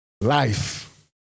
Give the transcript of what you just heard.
Life